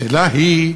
השאלה היא,